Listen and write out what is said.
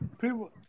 People